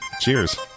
Cheers